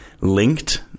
linked